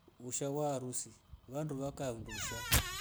Usha wa harusi wandu wakae undusha.